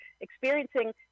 experiencing